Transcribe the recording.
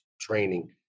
training